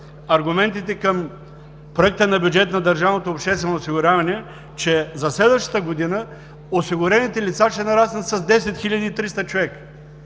аргументите към проекта на бюджет на държавното обществено осигуряване, че за следващата година осигурените лица ще нараснат с 10 300 човека.